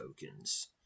tokens